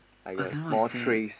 I don't know what is that